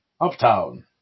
Uptown